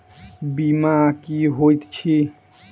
बीमा की होइत छी?